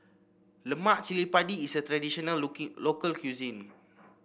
Lemak Cili Padi is a traditional local cuisine